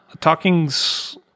Talking's